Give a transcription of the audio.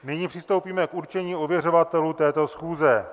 Nyní přistoupíme k určení ověřovatelů této schůze.